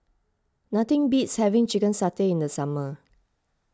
nothing beats having Chicken Satay in the summer